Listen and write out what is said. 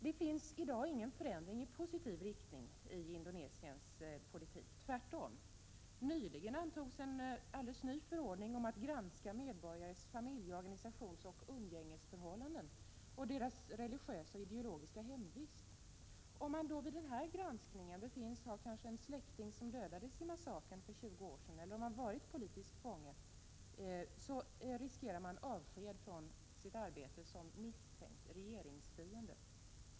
Det sker i dag ingen förändring i positiv riktning i Indonesiens politik — tvärtom. Nyligen antogs en alldeles ny förordning om granskning av medborgares familje-, organisationsoch umgängesförhållanden och deras religiösa och ideologiska hemvist. Om man vid denna granskning befinns ha haft en släkting som dödades vid massakern för 20 år sedan, eller om man varit politisk fånge, riskerar man avsked från sitt arbete som ”misstänkt regeringsfiende”.